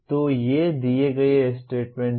तो ये दिए गए स्टेटमेंट्स हैं